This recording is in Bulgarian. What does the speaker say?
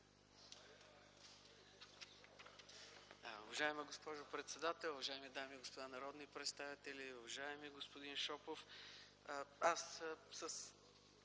Уважаема госпожо председател, уважаеми дами и господа народни представители! Уважаеми господин Мерджанов,